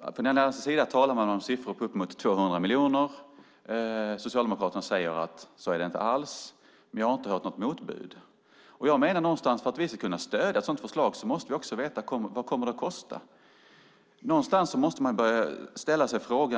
Alliansen talar om siffror på uppemot 200 miljoner. Socialdemokraterna säger att så är det inte alls, men jag har inte hört något motbud. För att vi ska kunna stödja ett sådant förslag måste vi också veta vad det kommer att kosta. Någonstans måste man ställa sig frågan.